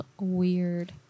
weird